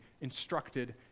instructed